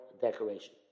decoration